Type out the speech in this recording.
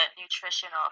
nutritional